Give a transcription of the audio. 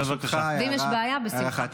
אם יש בעיה, בשמחה.